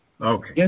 Okay